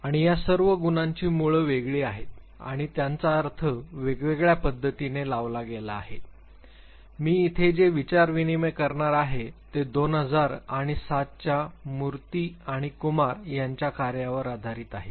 आणि या सर्व गुणांची मुळं वेगळी आहेत आणि त्यांचा अर्थ वेगळ्या पद्धतीने लावला गेला आहे आणि मी येथे जे विचार विनिमय करणार आहे ते दोन हजार आणि सातच्या मूर्ती आणि कुमार यांच्या कार्यावर आधारित आहे